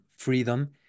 freedom